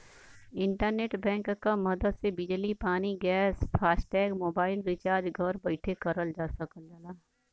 internet bank क मदद से बिजली पानी गैस फास्टैग मोबाइल रिचार्ज घर बैठे करल जा सकल जाला